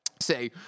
say